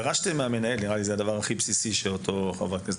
האם דרשתם מהמנהל זה הדבר הבסיסי שחברת הכנסת